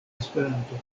esperanto